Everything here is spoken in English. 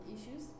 issues